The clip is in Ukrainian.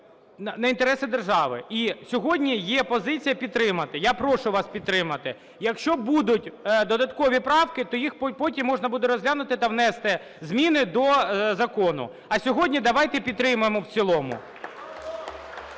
на інтереси держави. І сьогодні є позиція підтримати. Я прошу вас підтримати. Якщо будуть додаткові правки, то їх потім можна буде розглянути та внести зміни до закону. А сьогодні давайте підтримаємо в цілому.